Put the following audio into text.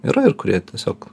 yra ir kurie tiesiog